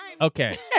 Okay